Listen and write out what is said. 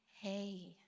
hey